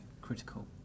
critical